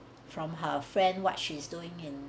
from her friend what she's doing and